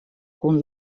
kun